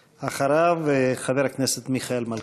אחריו, חבר הכנסת מיכאל מלכיאלי.